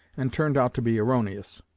and turned out to be erroneous.